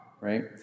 right